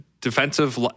defensive